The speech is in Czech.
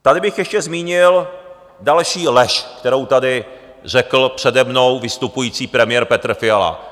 Tady bych ještě zmínil další lež, kterou tady řekl přede mnou vystupující premiér Petr Fiala.